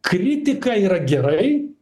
kritika yra gerai